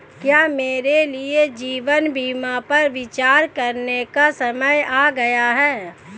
क्या मेरे लिए जीवन बीमा पर विचार करने का समय आ गया है?